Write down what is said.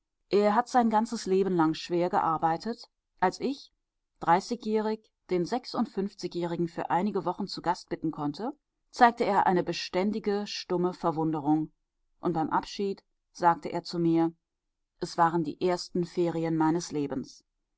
er hat sein ganzes leben lang schwer gearbeitet als ich dreißigjährig den sechsundfünfzigjährigen für einige wochen zu gast bitten konnte zeigte er eine beständige stumme verwunderung und beim abschied sagte er zu mir es waren die ersten ferien meines lebens